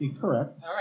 Correct